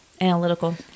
analytical